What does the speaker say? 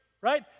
right